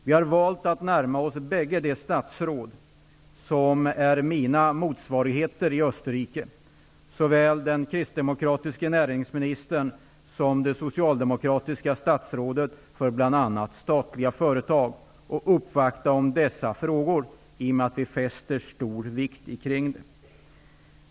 Vi har valt att närma oss bägge de statsråd som är mina motsvarigheter i Österrike, såväl den kristdemokratiske näringsministern som det socialdemokratiska statsrådet för bl.a. statliga företag, och uppvakta dem i de här frågorna, eftersom vi fäster stor vikt vid dessa.